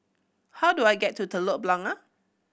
how do I get to Telok Blangah